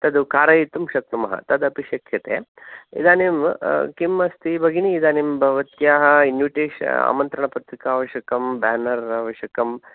तद् कारयितुं शक्नुमः तदपि शक्यते इदानीं किम् अस्ति भगिनि इदानीं भवत्याः इन्विटेशन् आमन्त्रणपत्रिका आवश्यकं बेनेर् आवश्यकम्